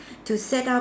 to set up